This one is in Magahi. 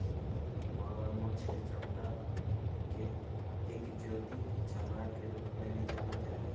मगरमच्छ के चमडड़ा के एक्जोटिक चमड़ा के रूप में भी जानल जा हई